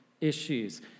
issues